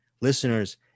Listeners